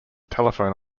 telephone